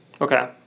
Okay